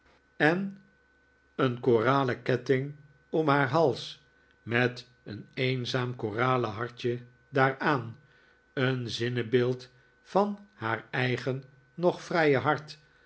en een koralen ketting om haar hals met een eenzaam koralijnen hartje daaraan een zinnebeeld van haar eigen nog vrije hart